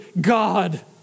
God